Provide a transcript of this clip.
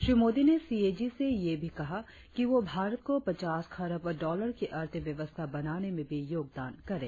श्री मोदी ने सीएजी से यह भी कहा कि वह भारत को पचास खरब डॉलर की अर्थव्यवस्था बनाने में भी योगदान करें